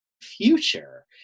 future